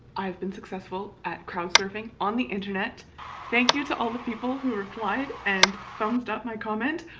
i've been successful at crowd surfing on the internet thank you to all the people who replied and thumbsed up my comment.